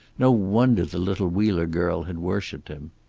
no wonder the little wheeler girl had worshipped him.